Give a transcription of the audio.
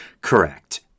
correct